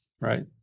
right